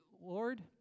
Lord